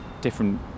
different